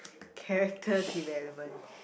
character development